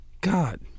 God